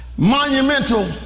monumental